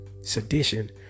sedition